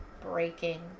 breaking